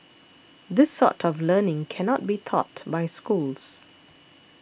this sort of learning cannot be taught by schools